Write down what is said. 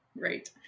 Right